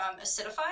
acidify